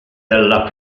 della